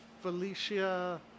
Felicia